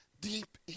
deep